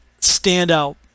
standout